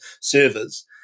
servers